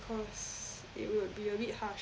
because it will be a bit harsh